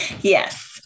Yes